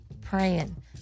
praying